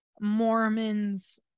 Mormons